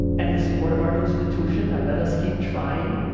and the support of our institution that let us keep trying.